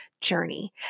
journey